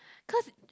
cause